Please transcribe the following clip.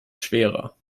schwerer